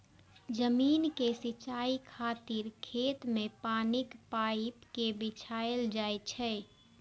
जमीन के सिंचाइ खातिर खेत मे पानिक पाइप कें बिछायल जाइ छै